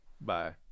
Bye